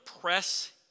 press